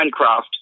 Minecraft